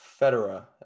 Federer